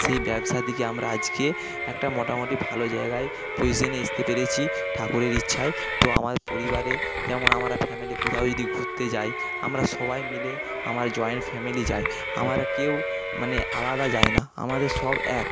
সেই ব্যবসা থেকে আমরা আজকে একটা মোটামুটি ভালো জায়গায় পজিশনে আসতে পেরেছি ঠাকুরের ইচ্ছায় তো আমার পরিবারে যেমন আমরা ফ্যামিলি কোথাও যদি ঘুরতে যাই আমরা সবাই মিলে আমার জয়েন্ট ফ্যামিলি যাই আমারা কেউ মানে আলাদা যাই না আমাদের সব এক